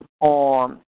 on